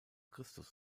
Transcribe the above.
christus